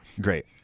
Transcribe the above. Great